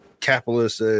capitalist